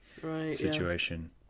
situation